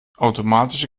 automatische